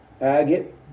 Agate